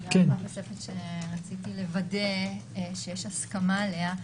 נקודה נוספת שרציתי לוודא שיש הסכמה עליה.